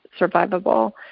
survivable